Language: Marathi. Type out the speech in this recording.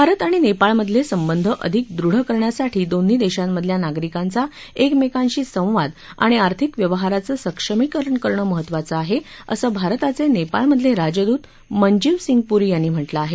भारत आणि नेपाळमधले संबंद अधिक दृढ करण्यासाठी दोन्ही देशामधल्या नागरिकांचा एकमेकांशी संवाद आणि आर्थिक व्यवहारांचं सक्षमीकरण करणं महत्वाचं आहे असं भारताचे नेपाळमधले राजदूत मनजीवसिंग पुरी यांनी म्हटलं आहे